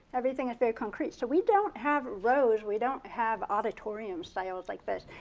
everything is very concrete. so we don't have rows. we don't have auditorium styles like this.